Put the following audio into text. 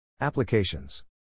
Applications